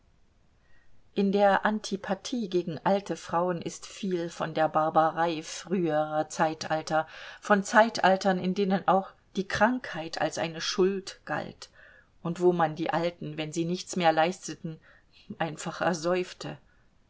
in der antipathie gegen alte frauen ist viel von der barbarei früherer zeitalter von zeitaltern in denen auch die krankheit als eine schuld galt und wo man die alten wenn sie nichts mehr leisteten einfach ersäufte